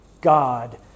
God